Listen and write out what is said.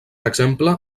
exemple